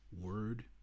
word